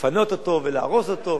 לפנות אותו ולהרוס אותו,